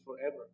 forever